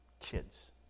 kids